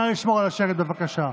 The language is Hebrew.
נא לשמור על השקט, בבקשה.